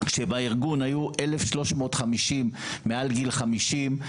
כשבארגון היו 1,350 מעל גיל 50,